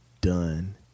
done